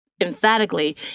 emphatically